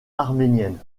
arméniennes